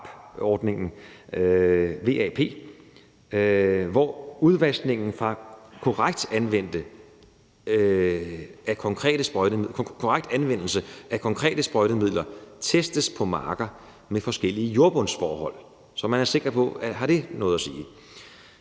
hvor udvaskningen fra korrekt anvendelse af konkrete sprøjtemidler testes på marker med forskellige jordbundsforhold, så man er sikker på, om det har noget at sige.